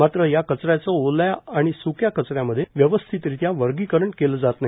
मात्र या कचऱ्याचे ओल्या आणि स्क्या कचऱ्यामध्ये व्यवस्थितरित्या वर्गीकरण केले जात नाही